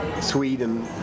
Sweden